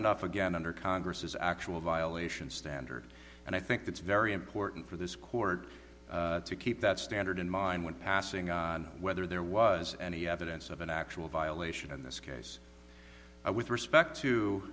enough again under congress's actual violation standard and i think that's very important for this chord to keep that standard in mind when passing on whether there was any evidence of an actual violation in this case with respect to